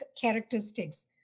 characteristics